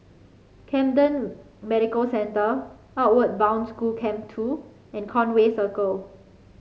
Camden Medical Centre Outward Bound School Camp Two and Conway Circle